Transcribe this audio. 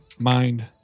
mind